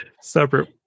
separate